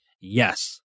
yes